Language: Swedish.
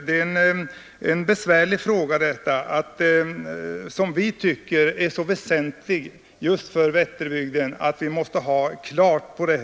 Denna fråga, som är så väsentlig för Vätterbygden, är besvärlig. Vi måste få klarhet.